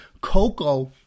Coco